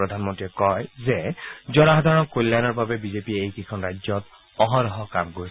প্ৰধানমন্ত্ৰীয়ে কয় যে জনসাধাৰণৰ কল্যাণৰ বাবে বিজেপিয়ে এই কেইখন ৰাজ্যত অহৰহ কাম কৰিছিল